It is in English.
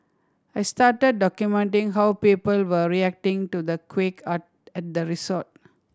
I started documenting how people were reacting to the quake are at the resort